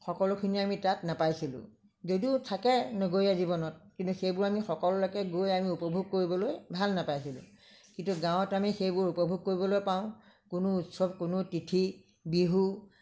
সকলোখিনি আমি তাত নেপাইছিলোঁ যদিও থাকে নগৰীয়া জীৱনত কিন্তু সেইবোৰ আমি সকলোলৈকে গৈ উপভোগ কৰিবলৈ ভাল নেপাইছিলোঁ কিন্তু গাঁৱত আমি সেইবোৰ উপভোগ কৰিবলৈ পাওঁ কোনো উৎসৱ কোনো তিথি বিহু